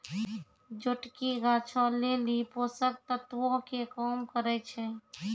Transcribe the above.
जोटकी गाछो लेली पोषक तत्वो के काम करै छै